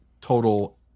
total